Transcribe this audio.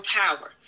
power